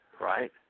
right